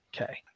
Okay